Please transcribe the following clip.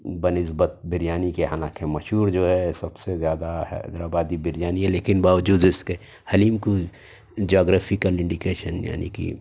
بہ نسبت بریانی کے حالانکہ مشہور جو ہے سب سے زیادہ حیدر آبادی بریانی ہے لیکن باوجود اس کے حلیم کو جاغرفیکل کا انڈیکیشن یعنی کہ